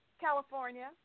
California